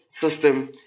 system